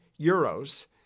euros